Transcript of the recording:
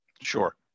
Sure